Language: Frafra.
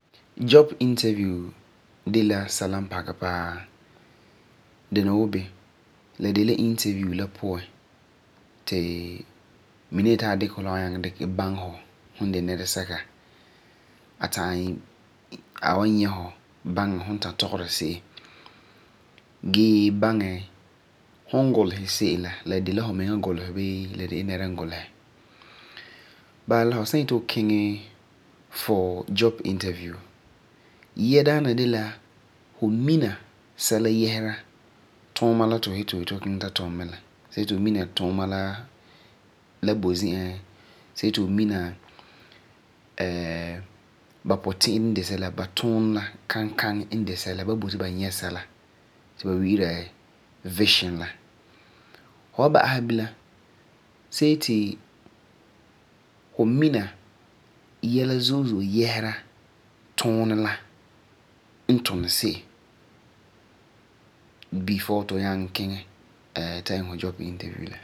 Job interview de la sɛla n pakɛ paa. Dɛna wuu Ben, la de la interview la puan ti mina n yeti a dikɛ fu la nyaŋɛ dikɛ baŋɛ fu n de nɛresɛka. A ta'am wan nyɛ hu baŋɛ fu ta'am tɔgera se'em gee baŋɛ fum n gulesɛ se'em la, la de la fu miŋa n gulesɛ bii la de la nɛra n gulesɛ. Bala, la fu san yeti fu kiŋɛ for job interview. Yia daana de la fu mina sɛla yɛsera tuuma la tu fu yeti fu kiŋɛ ta tum mɛ la. Hu wa ba'asɛ bilam see ti fu mina yɛla zoe zo'e yɛsera tuunɛ la n tuni se'em before ti fu nyaŋɛ kiŋɛ ta iŋɛ fu interview.